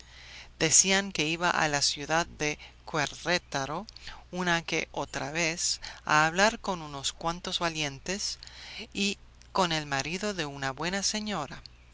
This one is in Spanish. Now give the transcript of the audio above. decían que iba a la ciudad de querétaro una que otra vez a hablar con unos cuantos valientes y con el marido de una buena señora